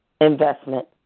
investment